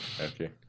Okay